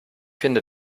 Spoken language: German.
finde